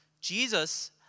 Jesus